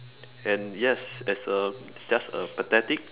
and yes as a just a pathetic